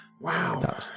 Wow